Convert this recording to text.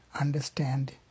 understand